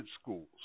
schools